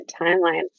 timeline